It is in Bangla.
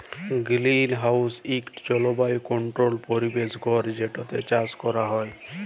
গিরিলহাউস ইকট জলবায়ু কলট্রোল্ড পরিবেশ ঘর যেটতে চাষ ক্যরা হ্যয়